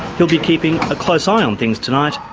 he'll be keeping a close eye on things tonight,